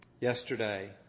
yesterday